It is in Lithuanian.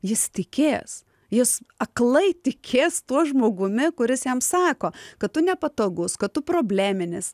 jis tikės jis aklai tikės tuo žmogumi kuris jam sako kad tu nepatogus kad tu probleminis